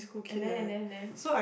and then and then and then